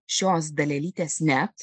šios dalelytės net